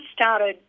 started